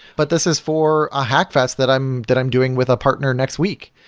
but this is for a hackfest that i'm that i'm doing with a partner next week.